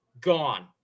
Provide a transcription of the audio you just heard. gone